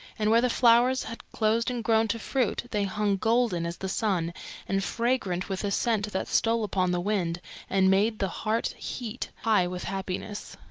and where the flowers had closed and grown to fruit they hung golden as the sun and fragrant with a scent that stole upon the wind and made the heart heat high with happiness.